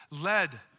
led